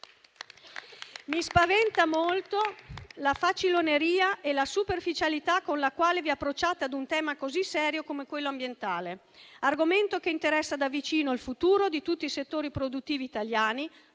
Mi spaventano molto la faciloneria e la superficialità con la quale vi approcciate ad un tema così serio come quello ambientale; argomento che interessa da vicino il futuro di tutti i settori produttivi italiani,